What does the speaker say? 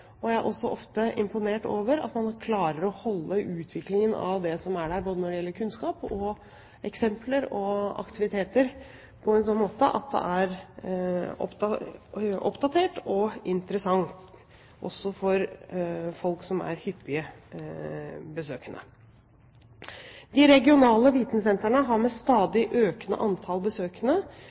Jeg er også ofte imponert over at man klarer å holde utviklingen av det som er der, både når det gjelder kunnskap, eksempler og aktiviteter, på en sånn måte at det er oppdatert og interessant også for folk som er hyppig besøkende. De regionale vitensentrene har med stadig økende antall besøkende